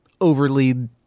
overly